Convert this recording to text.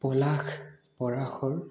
Palash Parashar